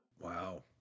Wow